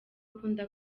akunda